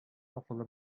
акылы